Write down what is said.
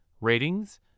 ratings